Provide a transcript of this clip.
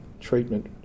treatment